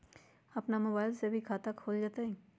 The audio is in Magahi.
अपन मोबाइल से भी खाता खोल जताईं?